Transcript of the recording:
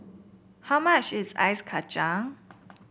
how much is Ice Kacang